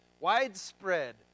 widespread